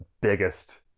biggest